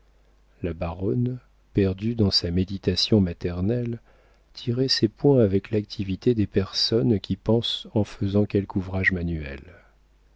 la baronne perdue dans sa méditation maternelle tirait ses points avec l'activité des personnes qui pensent en faisant quelque ouvrage manuel